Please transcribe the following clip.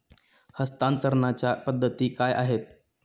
हस्तांतरणाच्या पद्धती काय आहेत?